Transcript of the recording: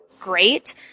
great